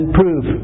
prove